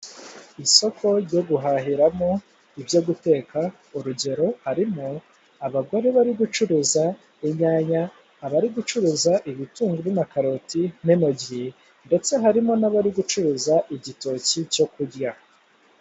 Isoko ryo guhahiramo ibyo guteka urugero harimo abagore bari gucuruza inyanya, abari gucuruza ibitunguru na karoti, n'intogi ndetse harimo n'abari gucuruza igitoki cyo kurya.